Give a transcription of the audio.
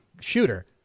Shooter